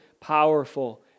powerful